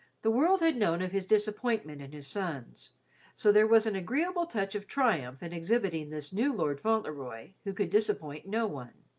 the world had known of his disappointment in his sons so there was an agreeable touch of triumph in exhibiting this new lord fauntleroy, who could disappoint no one.